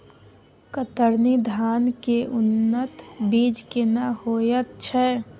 कतरनी धान के उन्नत बीज केना होयत छै?